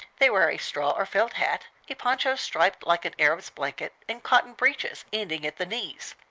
they wear a straw or felt hat, a poncho striped like an arab's blanket, and cotton breeches ending at the knees.